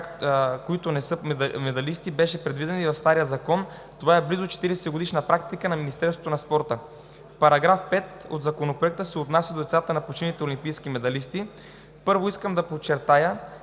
които не са медалисти, беше предвидена и в стария закон. Това е близо 40-годишна практика на Министерството на спорта. Параграф 5 от Законопроекта се отнася до децата на починалите олимпийски медалисти. Първо, искам да подчертая,